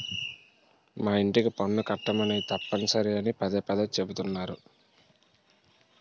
మా యింటికి పన్ను కట్టమని తప్పనిసరి అని పదే పదే చెబుతున్నారు